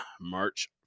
March